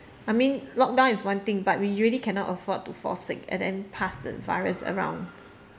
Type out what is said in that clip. I mean lockdown is one thing but we really cannot afford to fall sick and then pass the virus around